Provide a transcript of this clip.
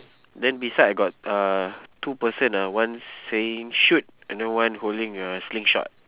then beside I got uh two person lah one saying shoot and then one holding a sling shot